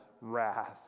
wrath